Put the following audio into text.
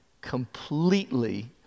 completely